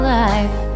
life